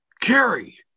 Carrie